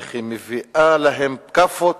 איך היא מביאה להם כאפות.